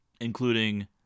including